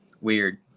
weird